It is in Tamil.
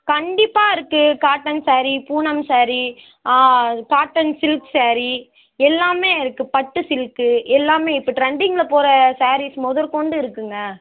கண்டிப்பாக இருக்குது cotton sari Poonam sari cotton silk sari எல்லாமே இருக்குது பட்டு சில்க்கு எல்லாமே இப்போ ட்ரெண்டிங்கில் போகிற சேரீஸ் முதற்கொண்டு இருக்குதுங்க